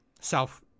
self